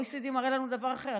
ה-OECD מראה לנו דבר אחר.